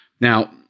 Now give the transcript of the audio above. Now